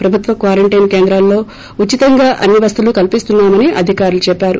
ప్రభుత్వ క్వారంటైన్ కేంద్రాల్లో ఉచితంగా అన్నీ వసతులు కల్పిస్తున్నా మని అధికారులు చెప్పారు